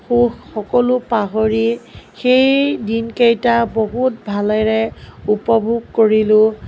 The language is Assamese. সুখ সকলো পাহৰি সেই দিনকেইটা বহুত ভালেৰে উপভোগ কৰিলোঁ